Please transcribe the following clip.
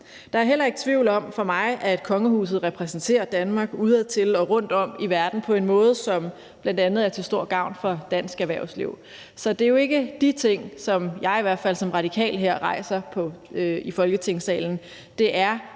Der er heller ikke tvivl om for mig, at kongehuset repræsenterer Danmark udadtil og rundtom i verden på en måde, som bl.a. er til stor gavn for dansk erhvervsliv. Så det er jo ikke de ting, som jeg i hvert fald som radikal her rejser i Folketingssalen;